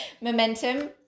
momentum